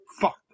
Fuck